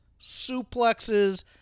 suplexes